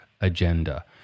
agenda